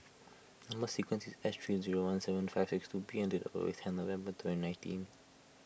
Number Sequence is S three zero one seven five six two B and date of birth is ten November twenty nineteen